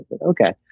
Okay